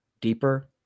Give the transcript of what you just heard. deeper